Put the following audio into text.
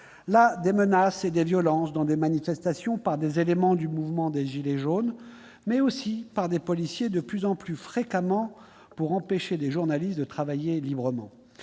Là, des menaces et des violences dans des manifestations par des éléments du mouvement des gilets jaunes, mais aussi de plus en plus fréquemment par des policiers, pour empêcher des journalistes de travailler librement.